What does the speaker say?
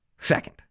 Second